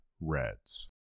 Reds